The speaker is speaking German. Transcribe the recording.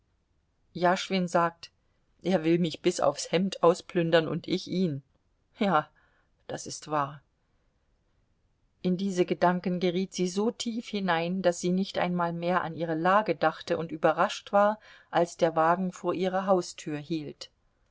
jaschwin sagt er will mich bis aufs hemd ausplündern und ich ihn ja das ist wahr in diese gedanken geriet sie so tief hinein daß sie nicht einmal mehr an ihre lage dachte und überrascht war als der wagen vor ihrer haustür hielt